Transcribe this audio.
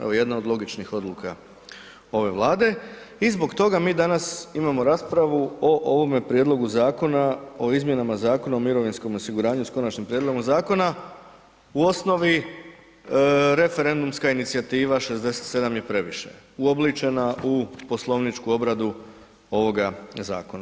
Evo jedna od logičnih odluka ove Vlade i zbog toga mi danas imamo raspravu o ovome prijedlogu Zakona o izmjenama Zakona o mirovinskom osiguranju s konačnim prijedlogom zakona u osnovi referendumska inicijativa „67 je previše“ uobličena u poslovničku obradu ovoga zakona.